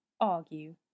argue